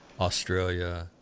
Australia